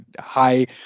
high